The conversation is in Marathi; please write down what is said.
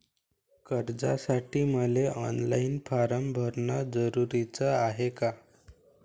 कर्जासाठी मले ऑनलाईन फारम भरन जरुरीच हाय का?